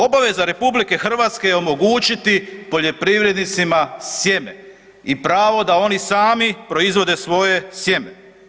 Obaveza RH je omogućiti poljoprivrednicima sjeme i pravo da oni sami proizvode svoje sjeme.